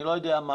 לא יודע מה,